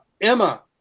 Emma